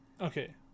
Okay